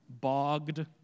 bogged